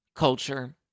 Culture